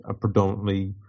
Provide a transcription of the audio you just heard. predominantly